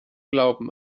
glauben